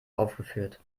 aufgeführt